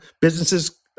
businesses